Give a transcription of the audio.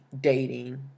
dating